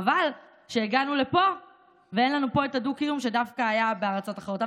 חבל שהגענו לפה ואין לנו פה את הדו-קיום שדווקא היה בארצות אחרות.